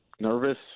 nervous